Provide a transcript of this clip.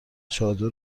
چادر